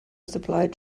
supplied